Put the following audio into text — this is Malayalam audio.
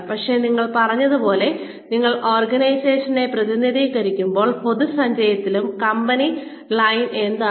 പക്ഷേ നിങ്ങൾ പറയുന്നതുപോലെ നിങ്ങൾ ഓർഗനൈസേഷനെ പ്രതിനിധീകരിക്കുമ്പോൾ പൊതുസഞ്ചയത്തിലും കമ്പനി ലൈൻ എന്താണ്